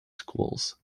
schools